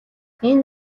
энэ